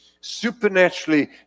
supernaturally